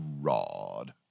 Rod